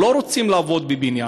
לא רוצים לעבוד בבניין.